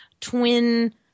twin